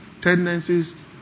tendencies